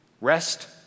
Rest